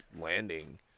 landing